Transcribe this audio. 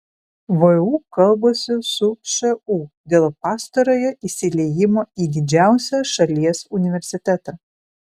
vu kalbasi su šu dėl pastarojo įsiliejimo į didžiausią šalies universitetą